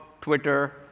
Twitter